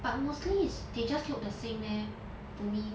but mostly is they just look the same leh to me